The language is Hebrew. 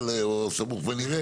או סמוך ונראה.